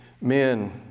men